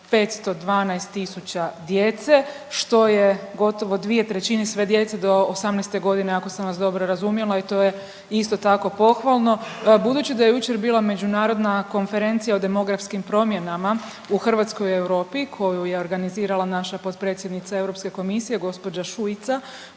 512 tisuća djece što je gotovo 2/3 sve djece do 18-te godine ako sam vas dobro razumjela i to je isto tako pohvalno. Budući da je jučer bila Međunarodna konferencija o demografskim promjenama u Hrvatskoj i Europi koji je organizirala naša potpredsjednica Europske komisije gospođa Šuica,